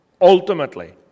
Ultimately